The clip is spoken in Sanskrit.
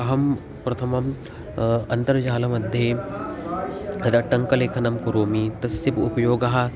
अहं प्रथमम् अन्तर्जालमध्ये यदा टङ्कलेखनं करोमि तस्य उपयोगः